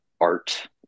art